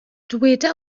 dyweda